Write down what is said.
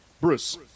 Bruce